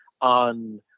on